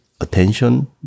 attention